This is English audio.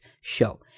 show